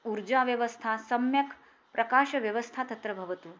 ऊर्जाव्यवस्था सम्यक् प्रकाशव्यवस्था तत्र भवतु